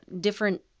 different